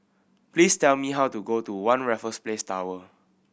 please tell me how to go to One Raffles Place Tower